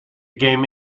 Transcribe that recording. game